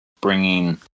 bringing